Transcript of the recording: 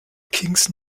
kings